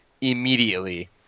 immediately